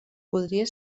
podria